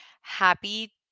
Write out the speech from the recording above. Happy